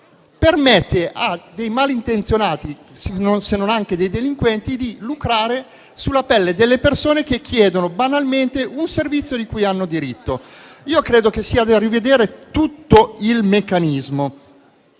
permette a malintenzionati, se non delinquenti, di lucrare sulla pelle delle persone che chiedono banalmente un servizio cui hanno diritto. Io credo che occorra rivedere tutto il meccanismo.